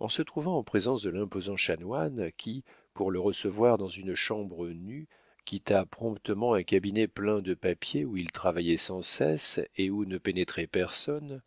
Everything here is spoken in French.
en se trouvant en présence de l'imposant chanoine qui pour le recevoir dans une chambre nue quitta promptement un cabinet plein de papiers où il travaillait sans cesse et où ne pénétrait personne